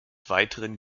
weiteren